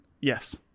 Yes